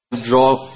draw